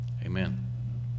Amen